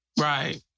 Right